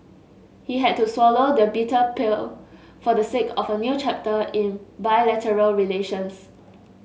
he had to swallow the bitter pill for the sake of a new chapter in bilateral relations